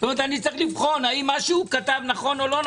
אני צריך לבחון האם מה שכתב נכון או לא.